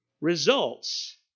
results